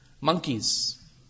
monkeys